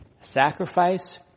Sacrifice